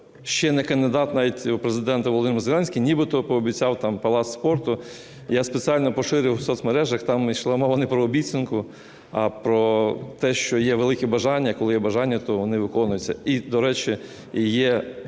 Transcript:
ще не кандидат навіть у Президенти Володимир Зеленський нібито пообіцяв там палац спорту. Я спеціально поширив у соцмережах, там йшла мова не про обіцянку, а про те, що є велике бажання. Коли є бажання, то вони виконуються. І до речі, є